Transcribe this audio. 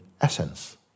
essence